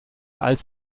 als